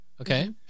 okay